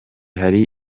hari